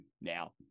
now